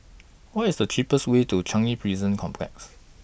What IS The cheapest Way to Changi Prison Complex